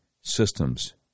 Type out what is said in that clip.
systems